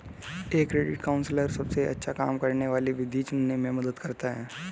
एक credit counsellor सबसे अच्छा काम करने वाली विधि चुनने में मदद करता है